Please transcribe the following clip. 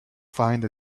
find